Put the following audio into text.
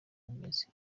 bimeze